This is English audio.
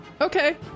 Okay